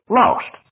lost